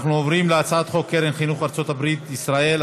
אנחנו עוברים להצעת חוק קרן חינוך ארצות הברית ישראל,